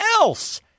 else